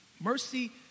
Mercy